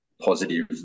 positive